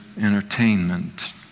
entertainment